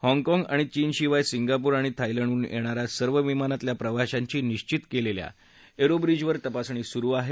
हाँगकाँग आणि चीनशिवाय सिंगापूर आणि थायलंडडून येणाऱ्या सर्वविमानातल्या प्रवाशांची निश्वित केलेल्या एअरो ब्रिजवर तपासणी सुरू आहे